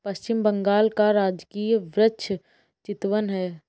पश्चिम बंगाल का राजकीय वृक्ष चितवन है